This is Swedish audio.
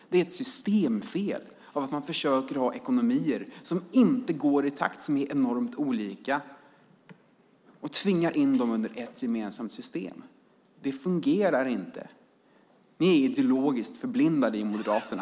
Det är ett systemfel till följd av att man tvingar in ekonomier som inte går i takt och som är enormt olika i ett gemensamt system. Det fungerar inte. Ni är ideologiskt förblindade i Moderaterna.